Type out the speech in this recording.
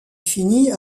finit